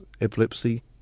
epilepsy